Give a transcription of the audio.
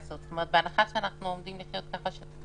כי בסוף ההתקהלות היא הנושא.